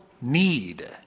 need